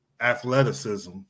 athleticism